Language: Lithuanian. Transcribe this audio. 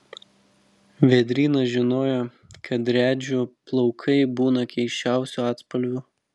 vėdrynas žinojo kad driadžių plaukai būna keisčiausių atspalvių